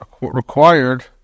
required